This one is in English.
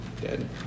Dead